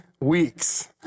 weeks